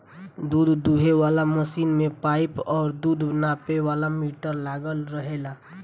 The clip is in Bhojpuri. दूध दूहे वाला मशीन में पाइप और दूध नापे वाला मीटर लागल रहेला